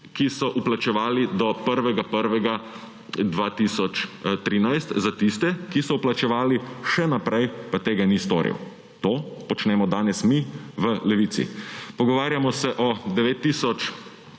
ki so vplačevali do 1. januarja 2013. Za tiste, ki so vplačevali še naprej, pa tega ni storil. To počnemo danes mi v Levici. Pogovarjamo se o